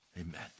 Amen